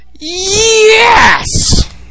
Yes